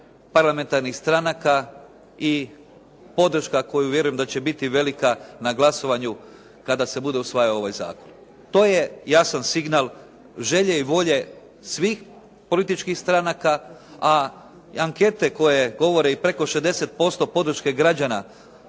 parlamentarnih stranaka i podrška koju vjerujem da će biti velika, na glasovanju kada se bude usvajao ovaj zakon. To je jasan signal želje i volje svih političkih stranaka. A ankete koje govore i preko 60% podrške građana